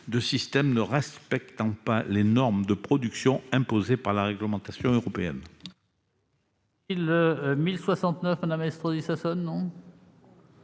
de systèmes ne respectant pas les normes de production imposées par la réglementation européenne. La parole est à Mme Dominique